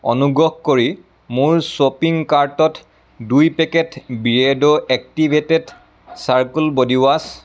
অনুগ্ৰহ কৰি মোৰ শ্বপিং কাৰ্টত দুই পেকেট বিয়েৰ্ডো এক্টিভেটেড চাৰক'ল বডিৱাছ